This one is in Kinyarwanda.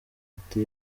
ati